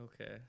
Okay